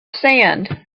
sand